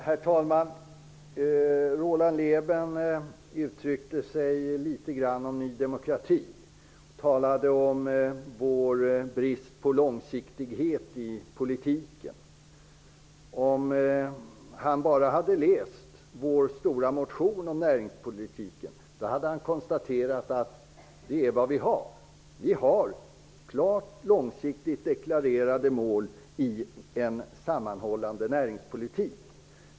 Herr talman! Roland Lében uttalade sig om Ny demokrati. Han talade om vår brist på långsiktighet i politiken. Om han bara hade läst vår stora motion om näringspolitiken, hade han kunnat konstatera att vi har klart långsiktigt deklarerade mål i en sammanhållen näringspolitik.